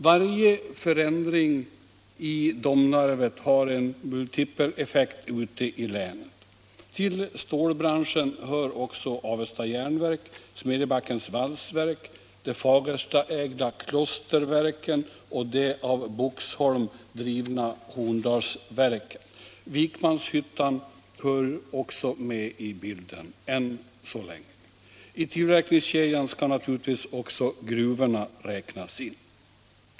Varje förändring i Domnarvet har en multipeleffekt ute i länet. Till stålbranschen hör också Avesta Jernverk, Smedjebackens Valsverk, de Fagerstaägda Klosterverken och de av Boxholm drivna Horndalsverken. Vikmanshyttan hör också till bilden. I tillverkningskedjan skall naturligtvis också gruvorna räknas in.